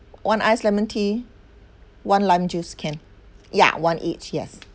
one ice lemon tea one lime juice can ya one each yes